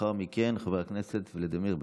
לאחר מכן, חבר הכנסת ולדימיר בליאק.